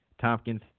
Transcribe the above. Tompkins